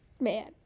man